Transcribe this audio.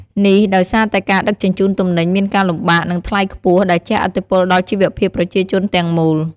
នេះដោយសារតែការដឹកជញ្ជូនទំនិញមានការលំបាក និងថ្លៃខ្ពស់ ដែលជះឥទ្ធិពលដល់ជីវភាពប្រជាជនទាំងមូល។